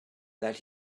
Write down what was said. that